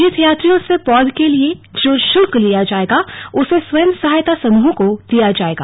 तीर्थयात्रियों से पौध के लिए जो शुल्क लिया जाएगा उसे स्वयं सहायता समूहों को दिया जाएगा